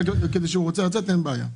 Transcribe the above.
כי הוא רוצה לצאת אין בעיה.